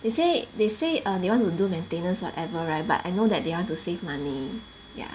they say they say err they want to do maintenance whatever right but I know that they want to save money ya